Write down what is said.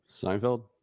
Seinfeld